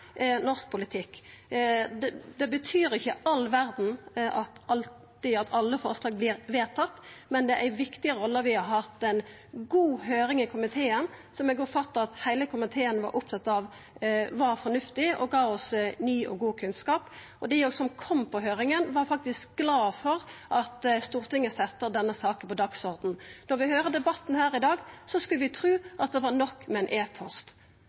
Det betyr ikkje alltid all verda at alle forslag vert vedtatt, men dette er ei viktig rolle. Vi har hatt ei god høyring i komiteen, som eg oppfatta at heile komiteen var opptatt av at var fornuftig, og som gav oss ny og god kunnskap. Dei som kom til høyringa, var faktisk glade for at Stortinget sette denne saka på dagsordenen. Når ein høyrer debatten her i dag, skulle ein tru at det var nok med ein